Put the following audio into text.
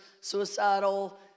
suicidal